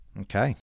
Okay